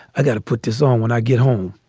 i got to put this on when i get home.